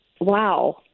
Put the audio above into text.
Wow